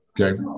okay